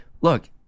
look